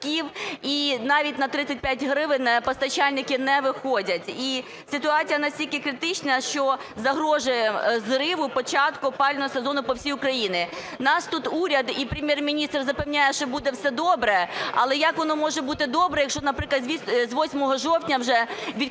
і навіть на 35 гривень постачальники не виходять. І ситуація настільки критична, що загрожує зриву початку опалювального сезону по всій Україні. Нас тут уряд і Прем'єр-міністр запевняє, що буде все добре. Але як воно може бути добре? Якщо, наприклад, з 8 жовтня вже відключають